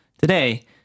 today